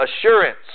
assurance